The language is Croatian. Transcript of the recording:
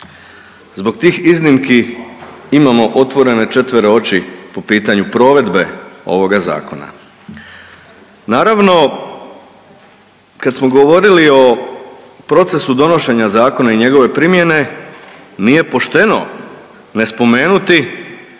zbog tih iznimki imamo otvorene četvere oči po pitanju provedbe ovoga zakona. Naravno kad smo govorili o procesu donošenja zakona i njegove primjene nije pošteno ne spomenuti